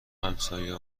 همسایه